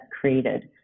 created